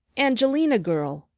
angelina girl,